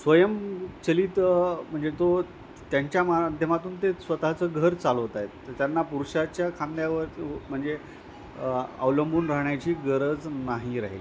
स्वयंचलित म्हणजे तो त्यांच्या माध्यमातून ते स्वतःचं घर चालवत आहेत तर त्यांना पुरुषाच्या खांद्यावर म्हणजे अवलंबून राहण्याची गरज नाही राहिली